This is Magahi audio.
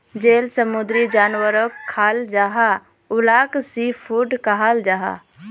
जेल समुंदरी जानवरोक खाल जाहा उलाक सी फ़ूड कहाल जाहा